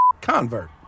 convert